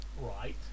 Right